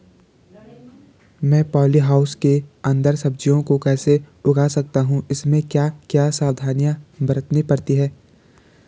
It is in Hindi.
मैं पॉली हाउस के अन्दर सब्जियों को कैसे उगा सकता हूँ इसमें क्या क्या सावधानियाँ बरतनी पड़ती है?